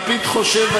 לפיד חושב,